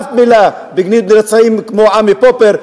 אף מלה בגנות מרצחים כמו עמי פופר,